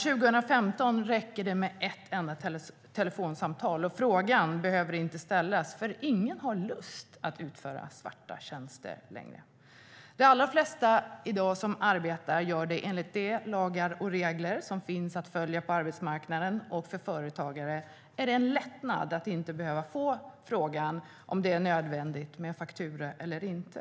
I dag, 2015, räcker det med ett enda telefonsamtal. Frågan behöver inte ställas, för ingen har lust att utföra svarta tjänster längre. De allra flesta i dag som arbetar gör det enligt de lagar och regler som finns att följa på arbetsmarknaden. För företagare är det en lättnad att inte behöva få frågan om det är nödvändigt med faktura eller inte.